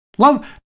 Love